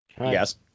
Yes